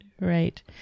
right